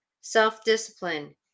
self-discipline